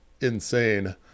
insane